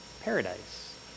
paradise